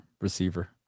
receiver